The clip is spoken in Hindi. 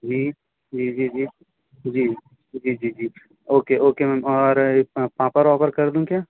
जी जी जी जी जी जी जी जी जी जी जी ओके ओके मैम और पापड़ वापड़ कर दूँ क्या